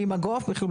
בלי מגוף וכו',